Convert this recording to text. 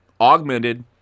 augmented